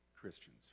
Christians